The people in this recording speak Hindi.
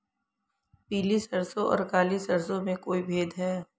पीली सरसों और काली सरसों में कोई भेद है?